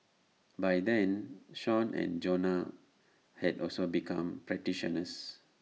by then Sean and Jonah had also become practitioners